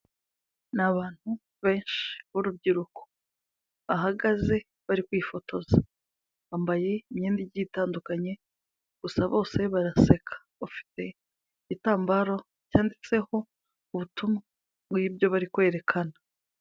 Ni abantu benshi b'urubyiruko, bahagaze bari kwifotoza. Bambaye imyenda igiye itandukanye gusa bose baraseka. Bafite igitambaro cyanditseho ubutumwa bwibyo bari kwerekana.